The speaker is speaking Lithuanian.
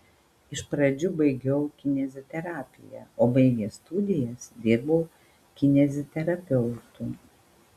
iš pradžių baigiau kineziterapiją o baigęs studijas dirbau kineziterapeutu